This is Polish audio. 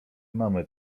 mamy